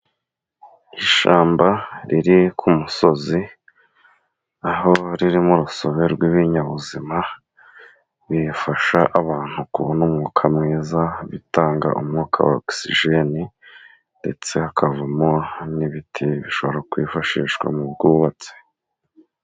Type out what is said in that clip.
Ishyamba riri ku musozi aho ririmo urusobe rw'ibinyabuzima, bifasha abantu kubona umwuka mwiza bitanga umwuka wa ogisijeni ndetse hakavamo n'ibiti bishobora kwifashishwa mu bw'ubatsi.